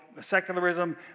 secularism